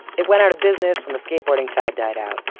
it went out of business when the skateboarding fad died out.